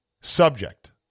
Subject